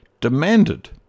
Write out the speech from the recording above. demanded